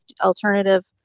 alternative